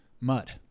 Mud